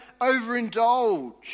overindulge